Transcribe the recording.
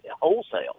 wholesale